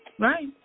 Right